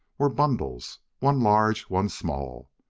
were bundles one large, one small,